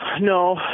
No